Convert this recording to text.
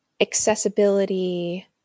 accessibility